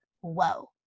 whoa